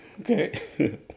Okay